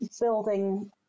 building